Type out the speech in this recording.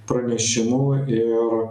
pranešimų ir